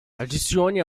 adicione